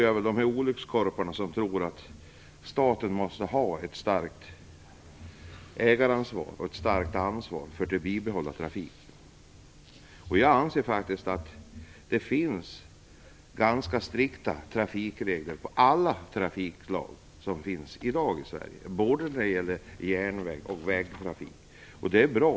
Jag tillhör de olyckskorpar som tror att staten måste ha ett starkt ägaransvar och ansvar för bibehållandet av trafiken. Det finns ganska strikta regler för alla trafikslag i dag i Sverige, både för järnväg och för vägtrafik, och det är bra.